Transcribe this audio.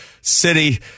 City